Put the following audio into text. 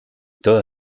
toda